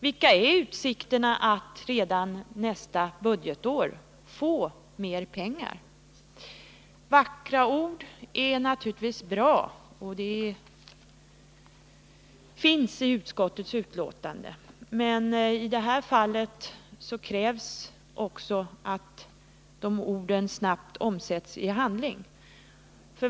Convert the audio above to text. Vilka är utsikterna att detta område redan nästa budgetår får mer pengar? Vackra ord är naturligtvis bra — och det finns i utskottsbetänkandet — men i detta fall krävs det också att orden snabbt omsätts i handling.